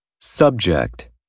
subject